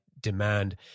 demand